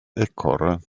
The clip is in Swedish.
ekorre